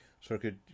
Circuit